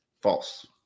False